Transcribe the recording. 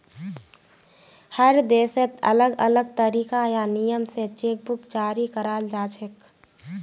हर देशत अलग अलग तरीका या नियम स चेक बुक जारी कराल जाछेक